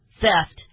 theft